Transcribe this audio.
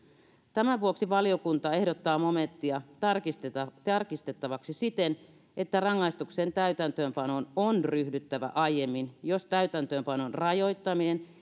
tämän vuoksi valiokunta ehdottaa momenttia tarkistettavaksi tarkistettavaksi siten että rangaistuksen täytäntöönpanoon on ryhdyttävä aiemmin jos täytäntöönpanon rajoittaminen